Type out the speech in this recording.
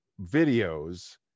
videos